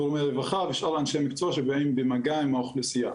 גורמי רווחה ושאר אנשי המקצוע שבאים במגע עם האוכלוסייה,